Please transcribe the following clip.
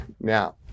Now